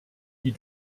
die